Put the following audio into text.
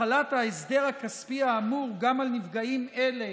החלת ההסדר הכספי האמור גם על נפגעים אלה,